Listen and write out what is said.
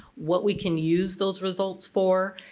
what we can use those results for.